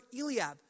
Eliab